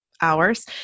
hours